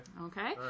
Okay